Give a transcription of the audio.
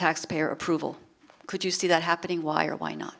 taxpayer approval could you see that happening why or why not